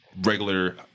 regular